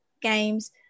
games